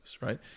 right